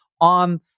on